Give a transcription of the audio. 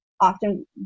often